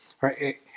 Right